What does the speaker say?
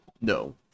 No